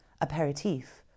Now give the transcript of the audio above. aperitif